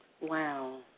Wow